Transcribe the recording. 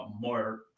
more